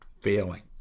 failing